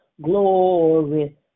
glory